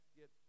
get